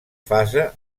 fase